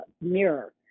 mirror